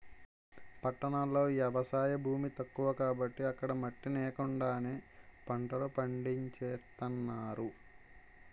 పట్టణాల్లో ఎవసాయ భూమి తక్కువ కాబట్టి అక్కడ మట్టి నేకండానే పంటలు పండించేత్తన్నారు